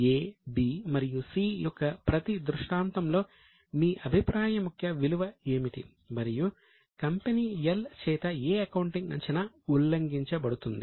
A B మరియు C యొక్క ప్రతి దృష్టాంతంలో మీ అభిప్రాయం యొక్క విలువ ఏమిటి మరియు కంపెనీ L చేత ఏ అకౌంటింగ్ అంచనా ఉల్లంఘించబడుతుంది